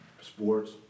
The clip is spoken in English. sports